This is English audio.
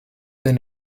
been